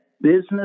business